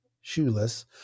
shoeless